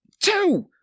Two